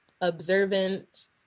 observant